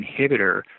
inhibitor